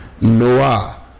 Noah